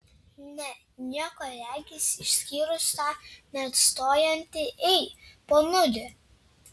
ne nieko regis išskyrus tą neatstojantį ei ponuli